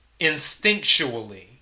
instinctually